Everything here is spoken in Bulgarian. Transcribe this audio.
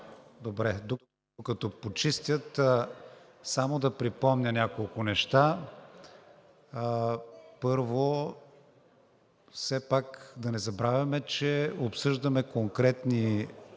Чолаков. Докато почистят, само да припомня няколко неща. Първо, все пак да не забравяме, че обсъждаме конкретни